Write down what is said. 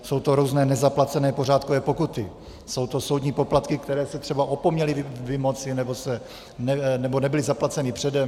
Jsou to různé nezaplacené pořádkové pokuty, jsou to soudní poplatky, které se třeba opomněly vymoci nebo nebyly zaplaceny předem.